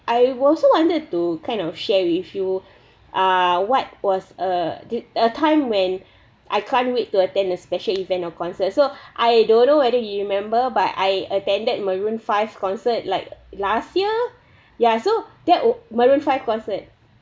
I wasn't wanted to kind of share with you uh what was uh the time when I can't wait to attend a special event or concert so I don't know whether you remember by I attended maroon five concert like last year yah so that maroon five concert